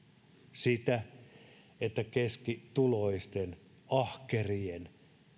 sitä että keskituloisten ahkerien